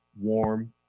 warm